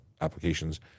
applications